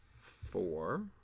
four